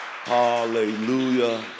Hallelujah